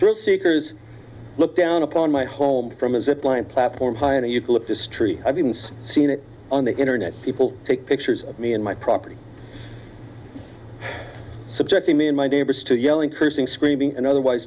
truth seekers look down upon my home from a zip line platform high in a eucalyptus tree i've even seen it on the internet people take pictures of me and my property subjecting me and my neighbors to yelling cursing screaming and otherwise